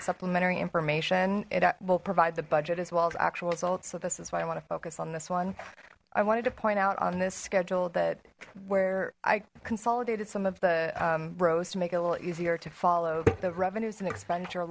supplementary information it will provide the budget as well as actual results so this is what i want to focus on this one i wanted to point out on this schedule that where i consolidated some of the rows to make it a little easier to follow the revenues and expenditure